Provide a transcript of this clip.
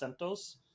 CentOS